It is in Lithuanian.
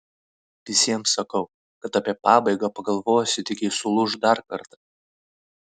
visiems sakau kad apie pabaigą pagalvosiu tik jei sulūš dar kartą